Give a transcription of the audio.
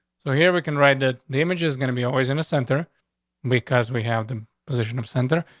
so here we can write that the image is gonna be always in a center because we have the position of center.